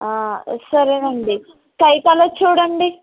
సరేనండి sky colour చూడండి